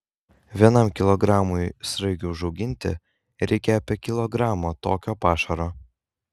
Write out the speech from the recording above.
vienam kilogramui sraigių užauginti reikia apie kilogramo tokio pašaro